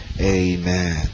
Amen